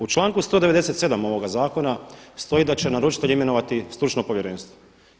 U članku 197. ovoga zakona stoji da će naručitelj imenovati stručno povjerenstvo.